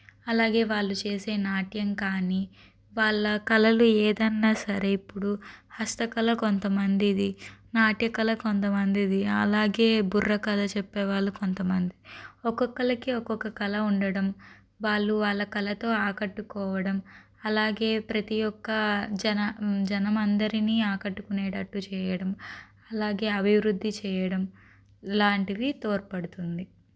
అలాగే వాళ్ళు చేసే నాట్యం కానీ వాళ్ళ కళలు ఏదైనా సరే ఇప్పుడు హస్తకళ కొంతమందిది నాట్య కళ కొంతమందిది అలాగే బుర్రకథ చెప్పే వాళ్ళు కొంతమంది ఒక్కొక్కళ్ళకి ఒక్కొక్క కళ ఉండడం వాళ్ళు వాళ్ళ కళతో ఆకట్టుకోవడం అలాగే ప్రతి ఒక్క జన జనం అందరిని ఆకట్టుకునేటట్టు చేయడం అలాగే అభివృద్ధి చేయడం లాంటివి తోడ్పడుతుంది